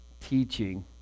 teaching